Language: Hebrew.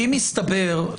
קודם כל,